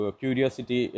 curiosity